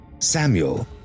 Samuel